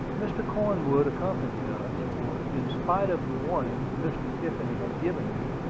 mr. cornwood accompanied us, for, in spite of the warning mr. tiffany had given me,